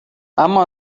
اما